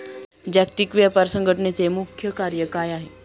जागतिक व्यापार संघटचे मुख्य कार्य काय आहे?